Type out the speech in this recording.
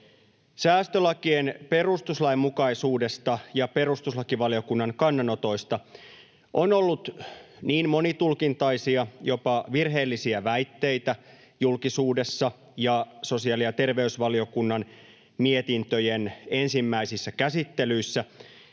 Säästölakien perustuslainmukaisuudesta ja perustuslakivaliokunnan kannanotoista on ollut niin monitulkintaisia, jopa virheellisiä väitteitä julkisuudessa ja sosiaali- ja terveysvaliokunnan mietintöjen ensimmäisissä käsittelyissä,